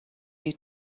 you